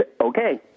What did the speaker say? okay